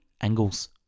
angles